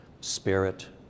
spirit